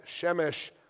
Shemesh